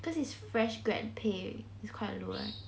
cause it's fresh grad pay is quite low right